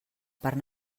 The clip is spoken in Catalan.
parc